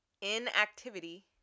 inactivity